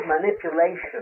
manipulation